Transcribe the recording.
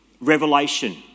revelation